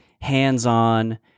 hands-on